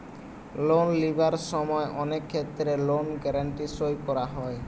loan লিবার সময় অনেক ক্ষেত্রে লোন গ্যারান্টি সই করা হয়